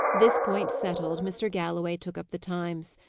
this point settled, mr. galloway took up the times.